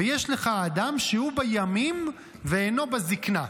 ויש לך אדם שהוא בימים ואינו בזקנה,